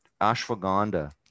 ashwagandha